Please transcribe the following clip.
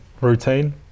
routine